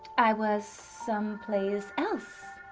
i was some place else.